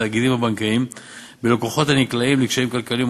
התאגידים הבנקאיים בלקוחות הנקלעים לקשיים כלכליים,